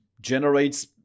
generates